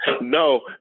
No